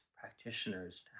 practitioners